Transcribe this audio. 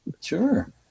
Sure